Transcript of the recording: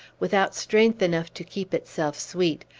without strength enough to keep itself sweet,